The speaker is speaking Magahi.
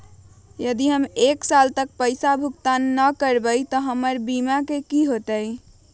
यदि हम एक साल तक पैसा भुगतान न कवै त हमर बीमा के की होतै?